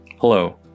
Hello